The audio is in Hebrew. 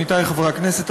עמיתי חברי הכנסת,